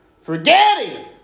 forgetting